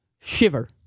Shiver